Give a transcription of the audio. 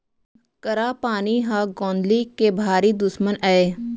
करा पानी ह गौंदली के भारी दुस्मन अय